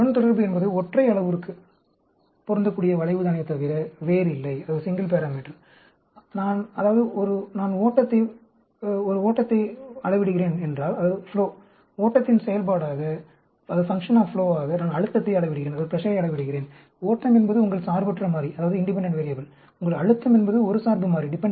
எனவே உடன்தொடர்பு என்பது ஒற்றை அளவுருவுக்கு பொருந்தக்கூடிய வளைவுதானே தவிர வேறில்லை அதாவது நான் ஓட்டத்தை ஒரு என அளவிடுகிறேன் என்றால் மன்னிக்கவும் ஓட்டத்தின் செயல்பாடாக நான் அழுத்தத்தை அளவிடுகிறேன் ஓட்டம் என்பது உங்கள் சார்பற்ற மாறி உங்கள் அழுத்தம் என்பது ஒரு சார்பு மாறி